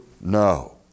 No